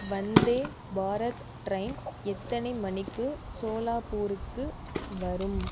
வந்தே Bharat train எத்தனை மணிக்கு சோலாபூருக்கு வரும்